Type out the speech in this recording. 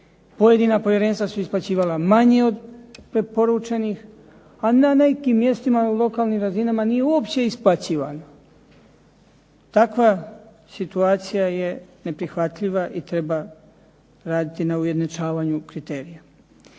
pojedina povjerenstva su isplaćivala manje od preporučenih, a na nekim mjestima lokalnim razinama nije uopće isplaćivano. Takva situacija je neprihvatljiva i treba raditi na ujednačavanju kriterija.